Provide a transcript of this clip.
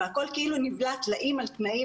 והכל כאילו תלאים על תלאים,